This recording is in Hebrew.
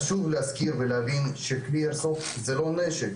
חשוב להזכיר ולהבין שכלי האיירסופט הוא לא נשק,